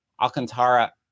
Alcantara